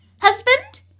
Husband